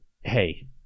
Hey